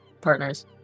partners